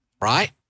right